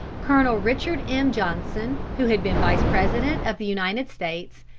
colonel richard m. johnson, who had been vice-president of the united states,